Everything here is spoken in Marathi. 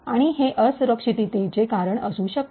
आणि हे असुरक्षिततेचे कारण असू शकते